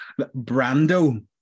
Brando